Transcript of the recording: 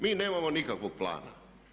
Mi nemamo nikakvog plana.